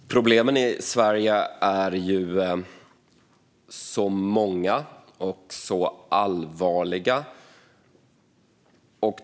Herr talman! Problemen i Sverige är många och allvarliga.